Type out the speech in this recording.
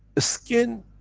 the skin,